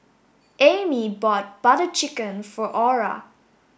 Ami bought butter chicken for Aura